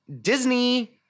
Disney